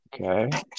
Okay